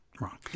wrong